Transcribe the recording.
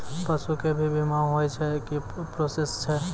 पसु के भी बीमा होय छै, की प्रोसेस छै?